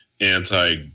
anti